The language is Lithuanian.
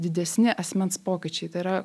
didesni asmens pokyčiai tai yra